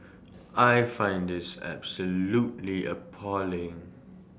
I find this absolutely appalling